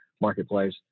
marketplace